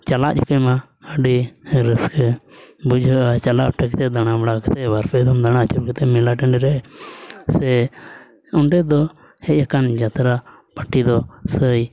ᱪᱟᱞᱟᱜ ᱡᱚᱠᱷᱚᱡᱢᱟ ᱟᱹᱰᱤ ᱨᱟᱹᱥᱠᱟᱹ ᱵᱩᱡᱟᱹᱜᱼᱟ ᱪᱟᱞᱟᱣ ᱥᱮᱴᱮᱨ ᱠᱟᱛᱮᱫ ᱫᱟᱬᱟᱵᱟᱲᱟ ᱠᱟᱛᱮᱫ ᱵᱟᱨ ᱯᱮ ᱫᱚᱢ ᱫᱟᱬᱟ ᱟᱹᱪᱩᱨ ᱠᱟᱛᱮᱫ ᱢᱮᱞᱟ ᱴᱟᱺᱰᱤ ᱨᱮ ᱥᱮ ᱚᱸᱰᱮ ᱫᱚ ᱦᱮᱡ ᱟᱠᱟᱱ ᱡᱟᱛᱛᱨᱟ ᱯᱟᱴᱤ ᱫᱚ ᱥᱟᱹᱭ